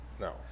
No